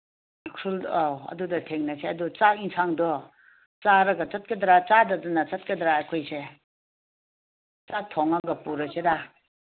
ꯎꯈ꯭ꯔꯨꯜ ꯑꯧ ꯑꯗꯨꯗ ꯊꯦꯡꯅꯁꯦ ꯑꯗꯣ ꯆꯥꯛ ꯏꯟꯁꯥꯡꯗꯣ ꯆꯥꯔꯒ ꯆꯠꯀꯗ꯭ꯔꯥ ꯆꯥꯗꯗꯅ ꯆꯠꯀꯗ꯭ꯔꯥ ꯑꯩꯈꯣꯏꯁꯦ ꯆꯥꯛ ꯊꯣꯡꯉꯒ ꯄꯨꯔꯁꯤꯔꯥ